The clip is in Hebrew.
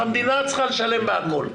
המדינה צריכה לשלם הכול.